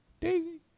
Daisy